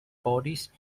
bodies